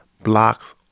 blocks